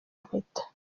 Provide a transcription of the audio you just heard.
impeta